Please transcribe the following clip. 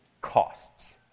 costs